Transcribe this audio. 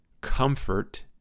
comfort